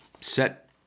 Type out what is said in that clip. set